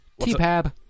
T-Pab